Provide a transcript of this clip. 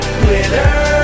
glitter